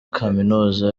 kaminuza